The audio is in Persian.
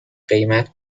قیمت